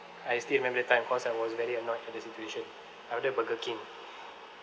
I still remember the time cause I was very annoyed at the situation I ordered burger king